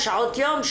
שעות יום,